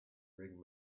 bring